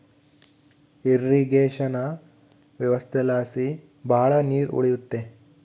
irrigation ವ್ಯವಸ್ಥೆಲಾಸಿ ಭಾಳ ನೀರ್ ಉಳಿಯುತ್ತೆ